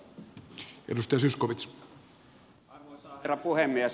arvoisa herra puhemies